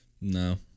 No